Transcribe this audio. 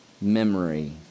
memory